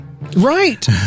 Right